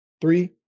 three